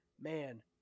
man